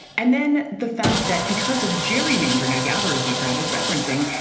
and then the fact that because of gerrymandering, i gather, is what brad was referencing.